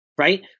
right